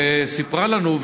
והיא סיפרה לנו,